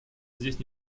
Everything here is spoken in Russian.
здесь